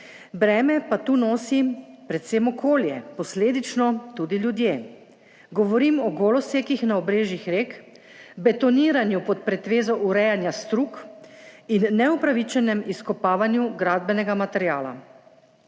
breme pa tu nosi predvsem okolje, posledično tudi ljudje; govorim o golosekih na obrežjih rek, betoniranju pod pretvezo urejanja strug in neupravičenem izkopavanju gradbenega materiala.